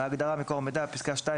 בהגדרה "מקור מידע" - בפסקה (2),